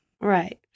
Right